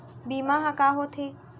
बीमा ह का होथे?